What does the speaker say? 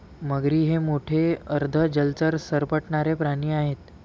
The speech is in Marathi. मगरी हे मोठे अर्ध जलचर सरपटणारे प्राणी आहेत